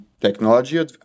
technology